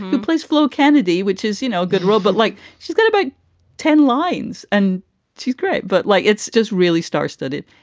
who plays flo kennedy, which is, you know, a good role. but like, she's going to big ten lines and she's great, but like, it's just really star studded.